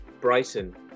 Brighton